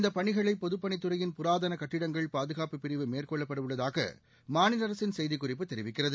இந்தப் பணிகளை பொதப்பணித்துறையின் புராதன கட்டடங்கள் பாதுகாப்புப் பிரிவு மேற்கொள்ளப்படவுள்ளதாக மாநில அரசின் செய்திக்குறிப்பு தெரிவிக்கிறது